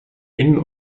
innen